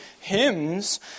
hymns